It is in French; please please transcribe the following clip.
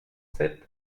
sept